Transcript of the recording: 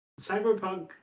Cyberpunk